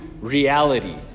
reality